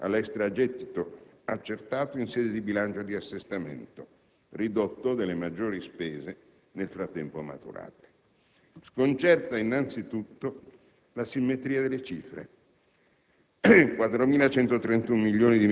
So bene che il Governo ha presentato una sua ipotesi di copertura, ma lo schema è visibilmente incongruo. L'onere indicato, in termini di saldo netto da finanziare, è pari a 4.131 milioni di euro.